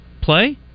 play